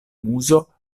muzo